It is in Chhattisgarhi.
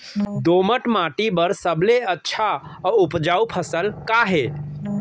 दोमट माटी बर सबले अच्छा अऊ उपजाऊ फसल का हे?